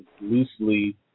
loosely